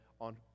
on